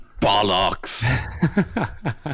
Bollocks